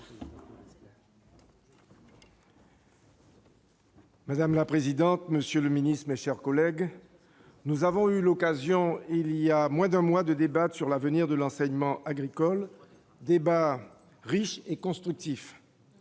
Madame la présidente, monsieur le Ministre, mes chers collègues, nous avons eu l'occasion, il y a moins d'un mois de débats sur l'avenir de l'enseignement agricole débat riche et constructif